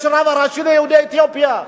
יש רב ראשי ליהודי אתיופיה.